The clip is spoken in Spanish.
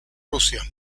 rusia